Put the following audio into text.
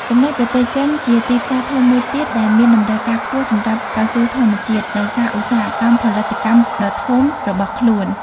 ចំណែកប្រទេសចិន ជាទីផ្សារធំមួយទៀតដែលមានតម្រូវការខ្ពស់សម្រាប់កៅស៊ូធម្មជាតិ ដោយសារឧស្សាហកម្មផលិតកម្មដ៏ធំរបស់ខ្លួន។